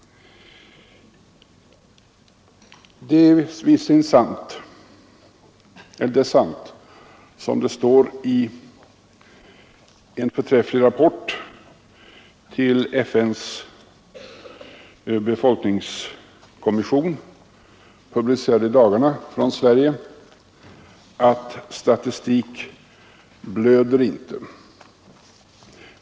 Det är sant som det står i en förträfflig rapport från Sverige till FN:s befolkningskommission, publicerad i dagarna: statistik blöder inte.